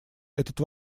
этот